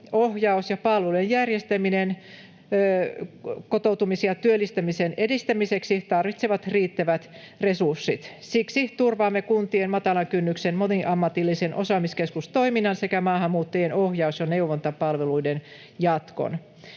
ohjaus ja palveluiden järjestäminen kotoutumisen ja työllistämisen edistämiseksi tarvitsevat riittävät resurssit. Siksi turvaamme kuntien matalan kynnyksen moniammatillisen osaamiskeskustoiminnan sekä maahanmuuttajien ohjaus- ja neuvontapalveluiden jatkon.